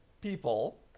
people